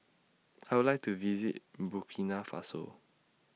I Would like to visit Burkina Faso